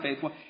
faith